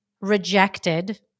rejected